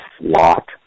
lot